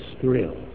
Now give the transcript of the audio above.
thrill